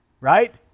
right